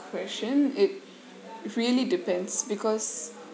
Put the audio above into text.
question it really depends because